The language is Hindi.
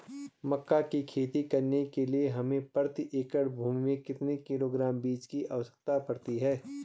मक्का की खेती करने के लिए हमें प्रति एकड़ भूमि में कितने किलोग्राम बीजों की आवश्यकता पड़ती है?